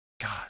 God